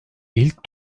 i̇lk